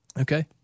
Okay